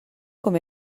com